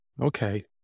Okay